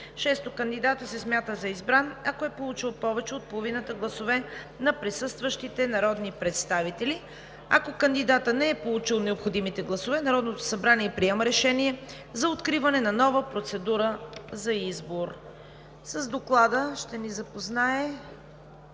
6. Кандидатът се смята за избран, ако е получил повече от половината гласове на присъстващите народни представители. 7. Ако кандидатът не е получил необходимите гласове, Народното събрание приема решение за откриване на нова процедура за избор. С Доклада ще ни запознае